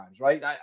right